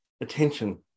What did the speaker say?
attention